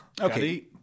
Okay